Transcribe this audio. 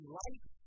life